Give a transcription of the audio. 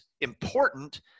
important